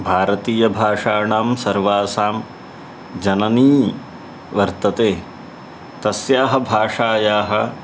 भारतीयभाषाणां सर्वासां जननी वर्तते तस्याः भाषायाः